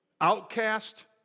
Outcast